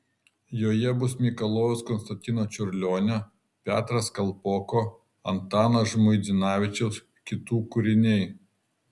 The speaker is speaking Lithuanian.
joje bus mikalojaus konstantino čiurlionio petras kalpoko antano žmuidzinavičiaus kitų kūriniai